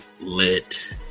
Lit